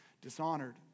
dishonored